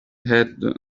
had